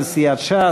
של סיעת ש"ס,